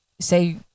say